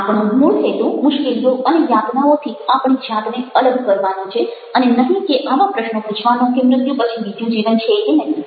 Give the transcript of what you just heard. આપણો મૂળ હેતુ મુશ્કેલીઓ અને યાતનાઓથી આપણી જાતને અલગ કરવાનો છે અને નહિ કે આવા પ્રશ્નો પૂછવાનો કે મૃત્યુ પછી બીજું જીવન છે કે નહિ